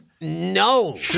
No